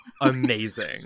amazing